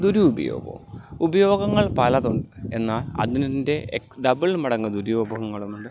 ദുരുപയോഗവും ഉപയോഗങ്ങൾ പലതുണ്ട് എന്നാൽ അതിൻ്റെ ഡബിൾ മടങ്ങ് ദുരുപയോഗങ്ങളുണ്ട്